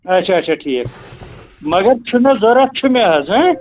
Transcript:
اَچھا اَچھا ٹھیٖک مَگر چھُنہٕ ضروٗرت چھُنہٕ حظ